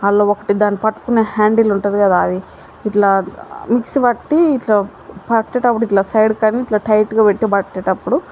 అండ్ల ఒకటి దాన్ని పట్టుకునే హ్యాండిల్ ఉంటుంది కదా అది ఇట్లా మిక్సీ పట్టి ఇట్లా పట్టేటప్పుడు ఇట్లా సైడుకు అని ఇట్లా టైట్గా పెట్టి పట్టేటప్పుడు